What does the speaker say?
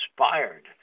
inspired